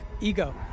ego